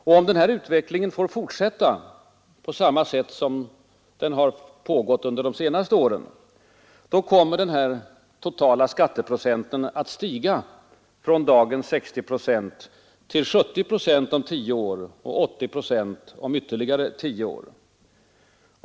Om denna utveckling får fortsätta på samma sätt som den har pågått under de senaste åren kommer den totala skatteprocenten att stiga från dagens 60 procent till 70 procent om tio år och 80 procent om ytterligare tio år.